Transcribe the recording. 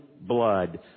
blood